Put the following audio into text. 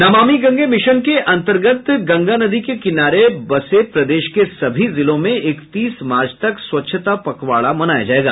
Namami Gange mission के अन्तर्गत गंगा नदी के किनारे बसे प्रदेश के सभी जिलों में इकतीस मार्च तक स्वच्छता पखवाड़ा मनाया जायेगा